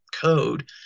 code